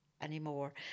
anymore